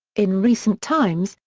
in recent times,